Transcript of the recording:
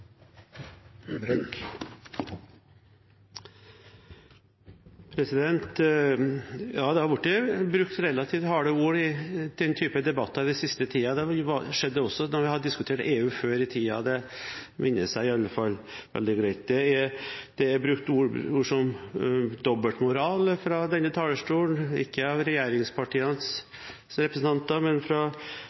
Ja, det har blitt brukt relativt harde ord i denne typen debatter den siste tiden. Det skjedde også da vi diskuterte EU før i tiden. Det minnes iallfall jeg veldig greit. Det er brukt ord som «dobbeltmoral» fra denne talerstolen, ikke av regjeringspartienes representanter, men fra